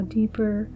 deeper